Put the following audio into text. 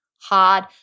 hard